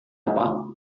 apa